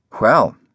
Well